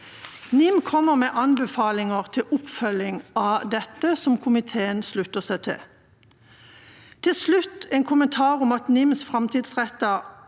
NIM kommer med anbefalinger til oppfølging av dette, som komiteen slutter seg til. Til slutt en kommentar til en av NIMs framtidsrettede